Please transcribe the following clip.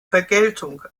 vergeltung